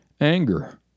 anger